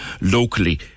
locally